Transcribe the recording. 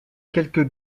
quelques